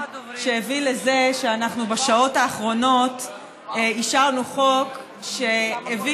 שהביא לזה שאנחנו בשעות האחרונות אישרנו חוק שהביא